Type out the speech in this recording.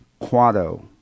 Quado